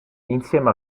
insieme